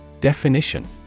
Definition